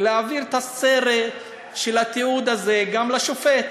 להעביר את הסרט של התיעוד הזה גם לשופט,